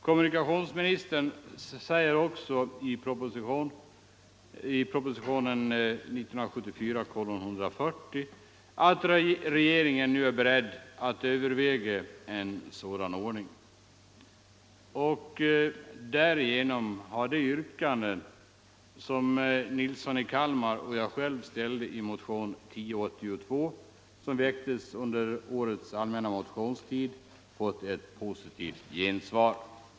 Kommunikationsministern säger också i propositionen 140 att regeringen nu är beredd att överväga en sådan åtgärd. Därigenom har det yrkande som herr Nilsson i Kalmar och jag själv ställde i motionen 1082, som väcktes under årets allmänna motionstid, fått ett positivt gensvar.